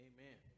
Amen